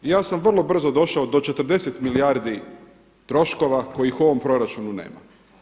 Ja sam vrlo brzo došao do 40 milijardi troškova kojih u ovom proračunu nema.